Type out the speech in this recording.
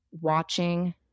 watching